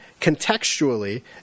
contextually